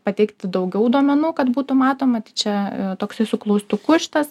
pateikti daugiau duomenų kad būtų matoma tai čia toksai su klaustuku šitas